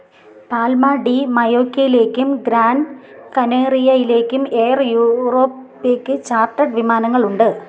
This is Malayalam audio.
പാൽമഡിമയോക്കയിലേക്കും ഗ്രാൻകാനേറിയയിലേക്കും എയർ യൂറോപ്പയ്ക്ക് ചാർട്ടർ വിമാനങ്ങൾ ഉണ്ട്